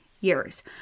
years